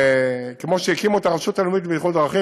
כמו שהקימו את הרשות הלאומית לבטיחות בדרכים,